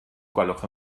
gwelwch